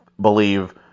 believe